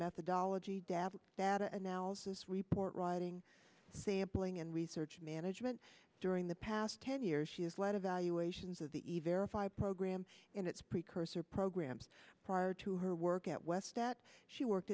methodology dabbled data analysis report writing sampling and research management during the past ten years she has led evaluations of the even five program and its precursor programs prior to her work at westat she worked